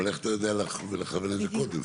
אבל איך אתה יודע לכוון את זה קודם?